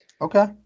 Okay